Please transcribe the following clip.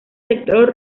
sector